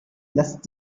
lassen